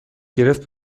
گرفت